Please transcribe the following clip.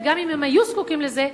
וגם אם הם היו זקוקים לזה,